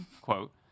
quote